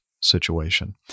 situation